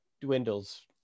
dwindles